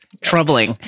troubling